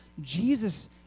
Jesus